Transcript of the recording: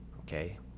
okay